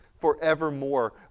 forevermore